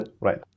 Right